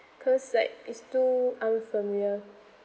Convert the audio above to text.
cause like it's too unfamiliar